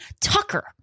Tucker